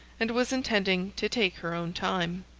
and was intending to take her own time.